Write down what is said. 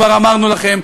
כבר אמרנו לכם,